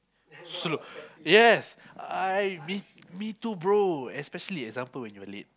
slow yes I me me too bro especially example you're late